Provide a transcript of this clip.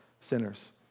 sinners